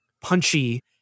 punchy